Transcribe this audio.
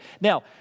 Now